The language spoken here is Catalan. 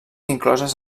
incloses